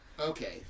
Okay